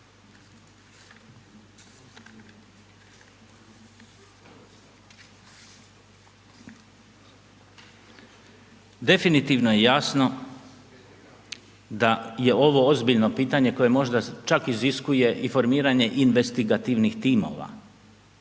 Definitivno je jasno da je ovo ozbiljno pitanje koje možda čak iziskuje i formiranje investigativnih timova